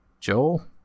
Joel